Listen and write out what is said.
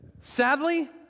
Sadly